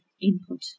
input